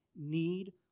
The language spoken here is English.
need